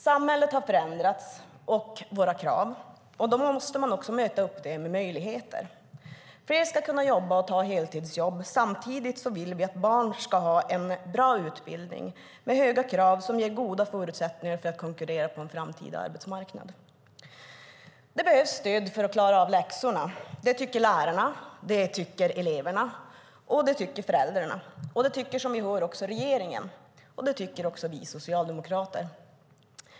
Samhället och våra krav har förändrats. Då måste man också möta upp detta med möjligheter. Fler ska kunna jobba och ta heltidsjobb. Samtidigt vill vi att barn ska ha en bra utbildning med höga krav som ger goda förutsättningar för att konkurrera på en framtida arbetsmarknad. Det behövs stöd för att klara av läxorna. Det tycker lärarna. Det tycker eleverna. Det tycker föräldrarna. Det tycker - som vi hör - också regeringen. Det tycker även vi socialdemokrater.